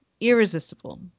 Irresistible